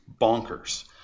bonkers